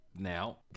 now